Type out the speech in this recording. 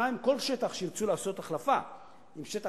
כל שטח שירצו לעשות אתו החלפה עם שטח